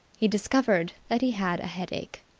he discovered that he had a headache.